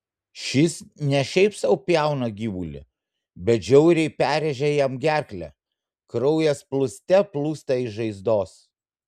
šis ne šiaip sau pjauna gyvulį bet žiauriai perrėžia jam gerklę kraujas plūste plūsta iš žaizdos